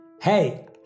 Hey